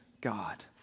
God